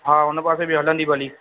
हा हुन पासे बि हलंदी भली